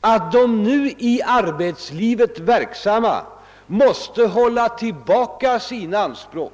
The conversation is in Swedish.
att de nu i arbetslivet verksamma måste hålla tillbaka sina anspråk.